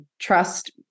trust